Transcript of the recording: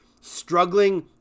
struggling